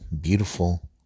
beautiful